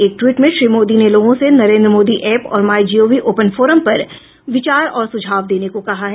एक ट्वीट में श्री मोदी ने लोगों से नरेन्द्र मोदी ऐप और माई जीओवी ओपन फोरम पर विचार और सुझाव देने को कहा है